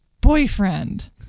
boyfriend